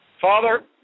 Father